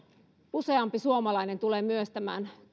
useampi suomalainen tulee tämän